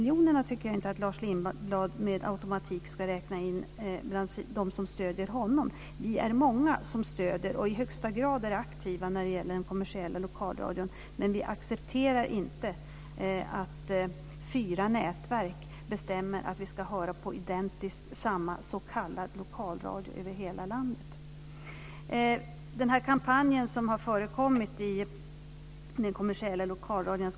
Jag tycker inte att Lars Lindblad med automatik ska räkna in de 2,2 miljonerna bland dem som stöder honom. Vi är många som ger stöd och som i högsta grad är aktiva när det gäller den kommersiella lokalradion. Men vi accepterar inte att fyra nätverk bestämmer att vi ska höra på identiskt samma s.k. lokalradio över hela landet. Det har alltså förekommit en kampanj i den kommersiella lokalradion.